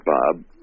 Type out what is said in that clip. Bob